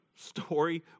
story